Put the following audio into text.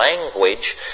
language